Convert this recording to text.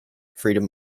freedom